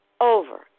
over